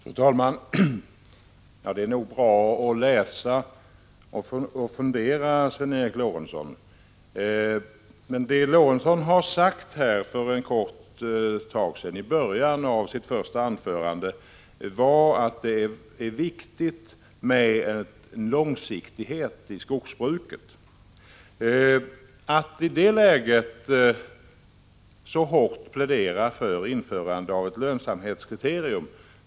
Fru talman! Det är nog bra att läsa och fundera, Sven Eric Lorentzon. I början av sitt anförande sade Lorentzon att det är viktigt med långsiktighet i skogsbruket, och han pläderade starkt för införande av ett lönsamhetskriterium.